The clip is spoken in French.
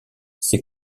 ses